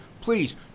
please